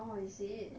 oh is it